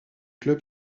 club